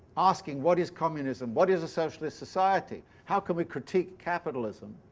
asking what is communism? what is a socialist society? how can we critique capitalism?